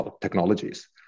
technologies